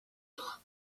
ewch